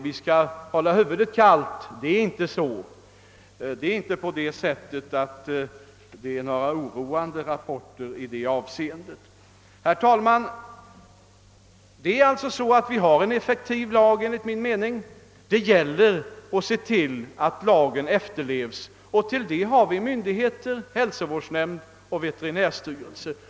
Vi skall hålla huvudet kallt, ty rapporterna är inte så oroande i detta avseende. Herr talman! Vi har alltså enligt min mening en effektiv lag. Det gäller att se till att lagen efterlevs, för denna tillsyn har vi myndigheter som hälsovårdsnämnder och veterinärstyrelser.